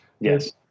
Yes